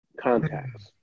contacts